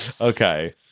Okay